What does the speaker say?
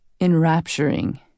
Enrapturing